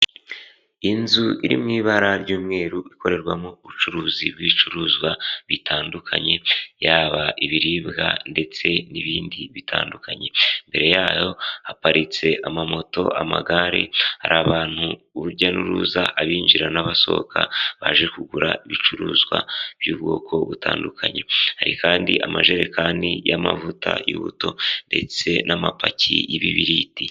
Inzu iri mu ibara ry'umweru ikorerwamo ubucuruzi bw'ibicuruzwa bitandukanye, yaba ibiribwa ndetse n'ibindi bitandukanye. Imbere yayo haparitse amamoto amagare, hari abantu urujya n'uruza abinjira n'abasohoka baje kugura ibicuruzwa by'ubwoko butandukanye. Hari kandi amajerekani y'amavuta y'ubuto ndetse n'amapaki y'ibibiriti.